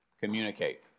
communicate